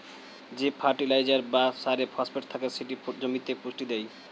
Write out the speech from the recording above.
যে ফার্টিলাইজার বা সারে ফসফেট থাকে সেটি জমিতে পুষ্টি দেয়